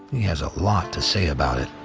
he has a lot to say about it.